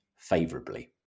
favorably